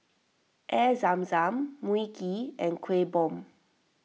Air Zam Zam Mui Kee and Kueh Bom